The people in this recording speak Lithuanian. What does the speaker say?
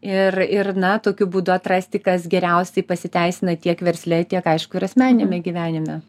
ir ir na tokiu būdu atrasti kas geriausiai pasiteisina tiek versle tiek aišku ir asmeniniame gyvenime